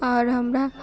आओर हमरा